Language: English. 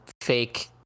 fake